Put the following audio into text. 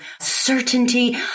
certainty